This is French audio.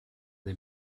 des